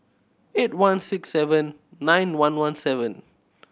eight one six seven nine one one seven